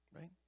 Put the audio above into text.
right